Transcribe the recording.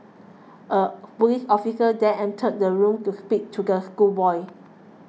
a police officer then entered the room to speak to the schoolboy